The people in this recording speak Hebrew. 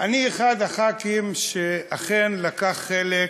אני אחד מחברי הכנסת שאכן לקח חלק